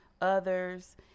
others